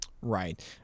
Right